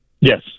Yes